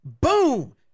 Boom